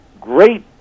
great